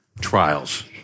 trials